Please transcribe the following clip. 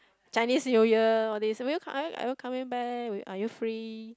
Chinese New Year all these will you are you are you coming back are you free